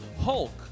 Hulk